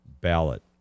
ballot